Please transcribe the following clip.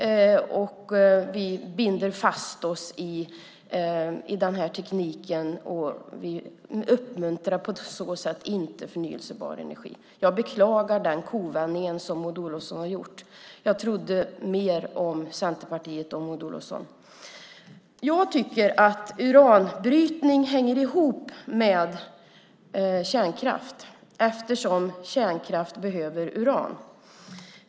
Vi binder fast oss i den här tekniken, och vi uppmuntrar på så sätt inte förnybar energi. Jag beklagar den kovändning som Maud Olofsson har gjort. Jag trodde mer om Centerpartiet och Maud Olofsson. Jag tycker att uranbrytning hänger ihop med kärnkraft, eftersom kärnkraft behöver uran.